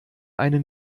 einen